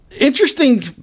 Interesting